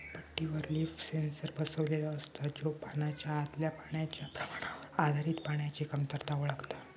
पट्टीवर leaf sensor बसवलेलो असता, जो पानाच्या आतल्या पाण्याच्या प्रमाणावर आधारित पाण्याची कमतरता ओळखता